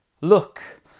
look